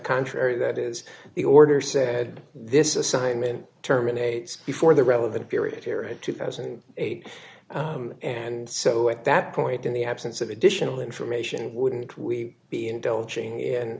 contrary that is the order said this is simon terminates before the relevant period here in two thousand and eight and so at that point in the absence of additional information wouldn't we be indulging in